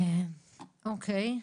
אוקי.